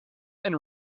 and